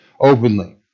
openly